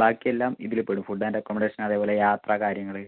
ബാക്കി എല്ലാം ഇതിൽ പെടും ഫുഡ് ആൻഡ് അക്കോമഡേഷൻ അതേപോലെ യാത്ര കാര്യങ്ങൾ